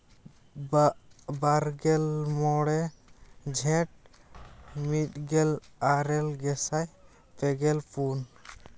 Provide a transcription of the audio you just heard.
ᱵᱟ ᱵᱟᱨᱜᱮᱞ ᱢᱚᱬᱮ ᱡᱷᱮᱸᱴ ᱢᱤᱫᱜᱮᱞ ᱟᱨᱮᱞ ᱜᱮᱥᱟᱭ ᱯᱮᱜᱮᱞ ᱯᱩᱱ